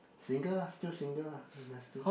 single lah still single lah and I still